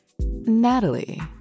Natalie